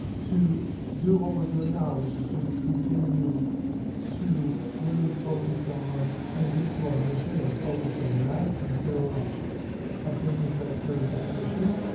to do what we're doing now which is just continue to really focus on and get to our mission and focus on that and build a business that serves that mission.